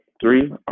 Three